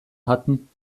hatten